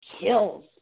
kills